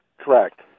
correct